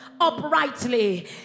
uprightly